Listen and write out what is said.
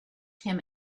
him